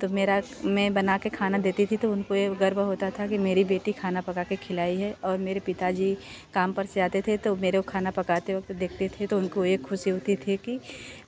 तो मेरा मैं बना कर खाना देती थी तो उनको एक गर्व होता था कि मेरी बेटी खाना पका कर खिलाई है और मेरे पिता जी कम पर से आते थे तो मेरे को खाना पकाते वक़्त देखते थे तो उनको एक ख़ुशी होती थी कि